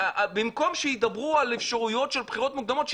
במקום שידברו על אפשרויות של בחירות מוקדמות,